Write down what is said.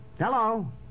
Hello